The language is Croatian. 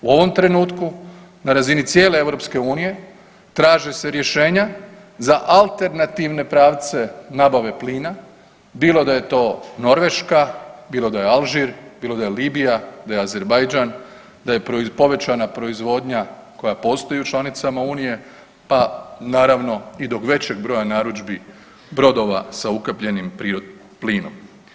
U ovom trenutku na razini cijele EU traže se rješenja za alternativne pravce nabave plina bilo da je to Norveška, bilo da je Alžir, bilo da je Libija, da je Azerbajdžan, da je povećana proizvodnja koja postoji u članicama unije, pa naravno i do većeg broja narudžbi brodova sa ukapljenim prirodnim plinom.